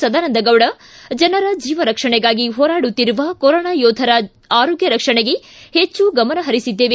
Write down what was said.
ಸದಾನಂದ ಗೌಡ ಜನರ ಜೀವರಕ್ಷಣೆಗಾಗಿ ಹೋರಾಡುತ್ತಿರುವ ಕೊರೊನಾ ಯೋಧರ ಆರೋಗ್ಯ ರಕ್ಷಣೆಗೆ ಹೆಚ್ಚು ಗಮನಹರಿಸಿದ್ದೇವೆ